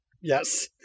Yes